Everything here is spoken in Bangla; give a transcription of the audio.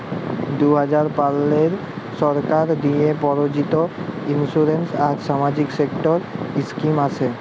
দু হাজার পলের সালে সরকার দিঁয়ে পরযোজিত ইলসুরেলস আর সামাজিক সেক্টর ইস্কিম আসে